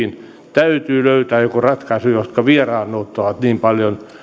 täytyy löytää joku ratkaisu niihin syihin jotka vieraannuttavat niin paljon